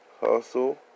Hustle